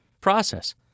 process